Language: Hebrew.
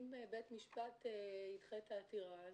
אם בית משפט ידחה את העתירה,